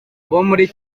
muri